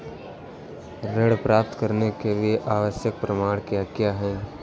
ऋण प्राप्त करने के लिए आवश्यक प्रमाण क्या क्या हैं?